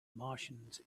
martians